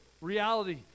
reality